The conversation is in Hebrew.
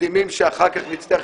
תקדימים שאחר כך נצטרך